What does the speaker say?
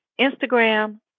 instagram